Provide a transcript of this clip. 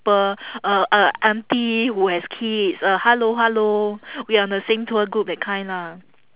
~ple uh uh auntie who has kids uh hello hello we on the same tour group that kind lah